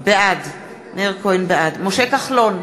בעד משה כחלון,